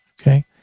Okay